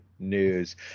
News